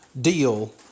deal